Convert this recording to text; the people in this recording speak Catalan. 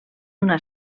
una